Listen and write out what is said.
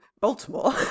Baltimore